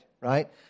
right